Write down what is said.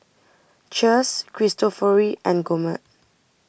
Cheers Cristofori and Gourmet